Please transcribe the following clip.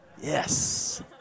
Yes